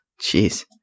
jeez